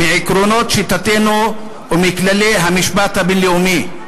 מעקרונות שיטתנו ומכללי המשפט הבין-לאומי.